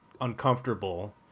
uncomfortable